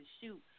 shoot